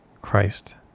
christ